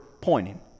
pointing